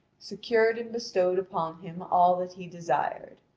secured and bestowed upon him all that he desired.